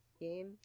game